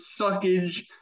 suckage